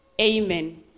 Amen